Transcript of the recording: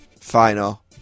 final